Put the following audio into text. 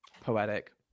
Poetic